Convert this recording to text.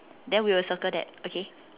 then we will circle that okay